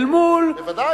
אל מול, בוודאי.